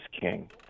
king